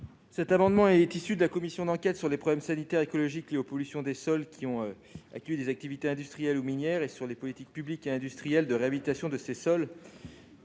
l'amendement n° 964 rectifié La commission d'enquête sur les problèmes sanitaires et écologiques liés aux pollutions des sols qui ont accueilli des activités industrielles ou minières et sur les politiques publiques et industrielles de réhabilitation de ces sols,